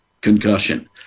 concussion